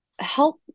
help